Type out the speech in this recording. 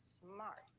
Smart